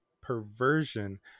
perversion